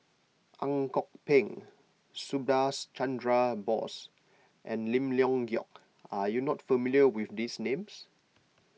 Ang Kok Peng Subhas Chandra Bose and Lim Leong Geok are you not familiar with these names